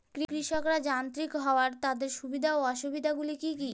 কৃষকরা যান্ত্রিক হওয়ার তাদের সুবিধা ও অসুবিধা গুলি কি কি?